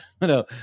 No